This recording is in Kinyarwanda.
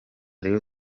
rayon